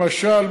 למשל,